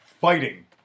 fighting